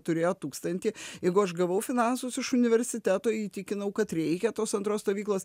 turėjo tūkstantį jeigu aš gavau finansus iš universiteto įtikinau kad reikia tos antros stovyklos